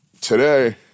today